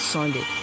Sunday